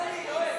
שמע לי, יואל.